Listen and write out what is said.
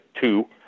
two